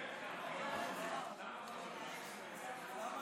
גפני, למה